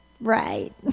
Right